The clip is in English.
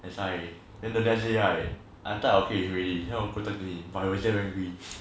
that's why then the next day right I thought I okay with him already so I go talk to him but he was damn angry